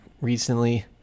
recently